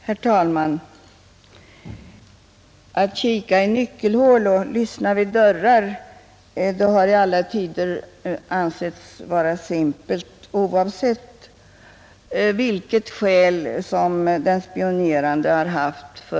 Herr talman! Att kika i nyckelhål och lyssna vid dörrar har i alla tider ansetts vara simpelt, oavsett vilket skäl som den spionerande har haft.